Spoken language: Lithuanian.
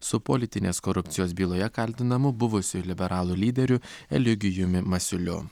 su politinės korupcijos byloje kaltinamu buvusiu liberalų lyderiu eligijumi masiuliu